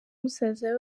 musaza